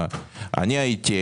אני הייתי,